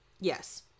Yes